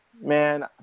man